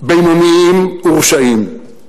בינוניים ורשעים.